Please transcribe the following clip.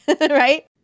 right